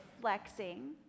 flexing